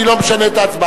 אני לא משנה את ההצבעה.